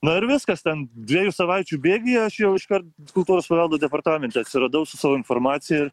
na ir viskas ten dviejų savaičių bėgyje aš jau iškart kultūros paveldo departamente atsiradau su savo informacija